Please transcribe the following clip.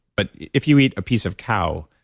but if you eat a piece of cow,